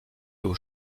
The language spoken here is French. aux